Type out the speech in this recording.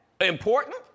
important